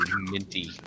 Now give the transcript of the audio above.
minty